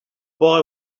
boy